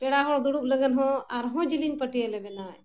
ᱯᱮᱲᱟ ᱦᱚᱲ ᱫᱩᱲᱩᱵ ᱞᱟᱹᱜᱤᱫ ᱦᱚᱸ ᱟᱨᱦᱚᱸ ᱡᱤᱞᱤᱧ ᱯᱟᱹᱴᱭᱟᱹ ᱞᱮ ᱵᱮᱱᱟᱣᱮᱜᱼᱟ